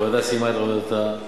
הוועדה סיימה את עבודתה.